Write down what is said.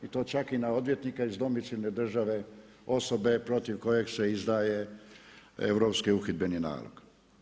I to čak na odvjetnika iz domicilne države osobe protiv koje se izdaje Europski uhidbeni nalog.